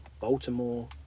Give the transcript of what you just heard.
Baltimore